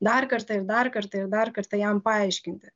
dar kartą ir dar kartą ir dar kartą jam paaiškinti